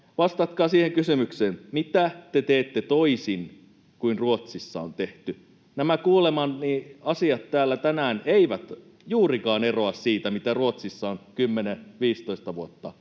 vastatkaa siihen kysymykseen: Mitä te teette toisin kuin Ruotsissa on tehty? Nämä kuulemani asiat täällä tänään eivät juurikaan eroa siitä, mitä Ruotsissa on 10—15 vuotta